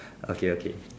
okay okay